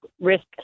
risk